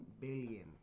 billion